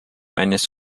eines